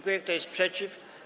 Kto jest przeciw?